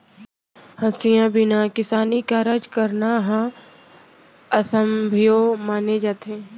हँसिया बिना किसानी कारज करना ह असभ्यो माने जाथे